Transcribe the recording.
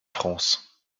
france